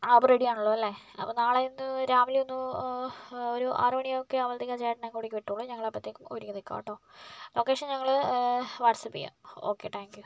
അപ്പോൾ റെഡി ആണല്ലോ അല്ലെ അപ്പോൾ നാളെയൊന്ന് രാവിലെയൊന്ന് ഒരു ആറ് മണിയൊക്കെ ആകുമ്പോളെത്തേക്കും ചേട്ടൻ ഇങ്ങോട്ടേക്ക് എത്തുള്ളു നമ്മള് അപ്പോളെത്തേക്കും ഒരുങ്ങി നിൽക്കാം കെട്ടോ ലൊക്കേഷൻ ഞങ്ങള് വാട്സ്ആപ് ചെയ്യാം ഓക്കേ താങ്ക്യൂ